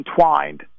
entwined